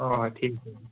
অঁ হয় ঠিক আছে